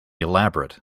elaborate